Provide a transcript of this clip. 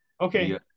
Okay